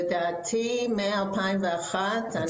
לדעתי מ-2001.